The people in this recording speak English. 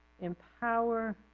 empower